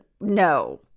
no